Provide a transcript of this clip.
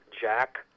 Jack